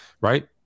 right